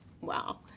wow